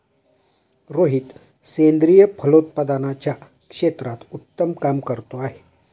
रोहित सेंद्रिय फलोत्पादनाच्या क्षेत्रात उत्तम काम करतो आहे